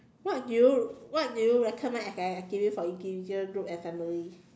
what do you what do you recommend as an activity for individual group and family